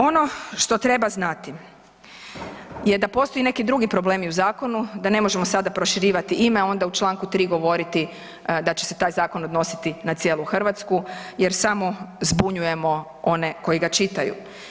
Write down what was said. Ono što treba znati je da postoje neki drugi problemi u zakonu, da ne možemo sada proširivati sada ime onda u čl. 3. govoriti da će se taj zakon odnositi na cijelu Hrvatsku jer samo zbunjujemo one koji ga čitaju.